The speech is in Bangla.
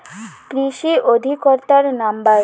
কৃষি অধিকর্তার নাম্বার?